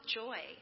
joy